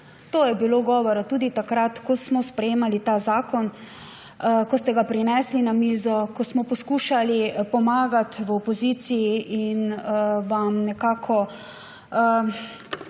tem je bilo govora tudi takrat, ko smo sprejemali ta zakon, ko ste ga prinesli na mizo, ko smo vam poskušali pomagati v opoziciji, da bomo